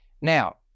Now